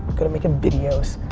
good at making videos.